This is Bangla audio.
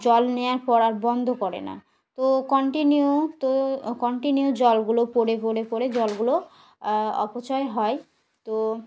জল নেওয়ার পর আর বন্ধ করে না তো কন্টিনিউ তো কন্টিনিউ জলগুলো পড়ে পড়ে পড়ে জলগুলো অপচয় হয় তো